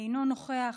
אינו נוכח,